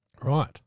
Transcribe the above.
right